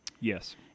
Yes